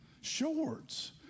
Shorts